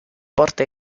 porta